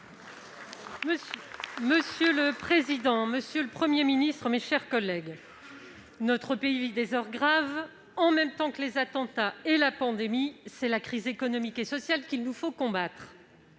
Union Centriste. Monsieur le Premier ministre, notre pays vit des heures graves. En même temps que les attentats et la pandémie, c'est la crise économique et sociale qu'il nous faut combattre.